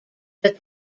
that